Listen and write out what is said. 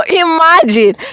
imagine